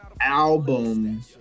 album